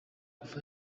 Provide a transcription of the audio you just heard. kuva